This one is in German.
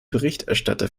berichterstatter